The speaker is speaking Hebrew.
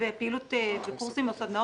קורס הכנה ללידה, למשל.